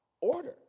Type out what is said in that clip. order